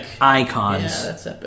...icons